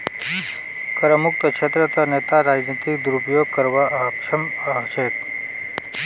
करमुक्त क्षेत्रत नेता राजनीतिक दुरुपयोग करवात अक्षम ह छेक